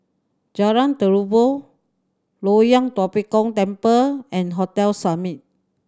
Jalan Terubok Loyang Tua Pek Kong Temple and Hotel Summit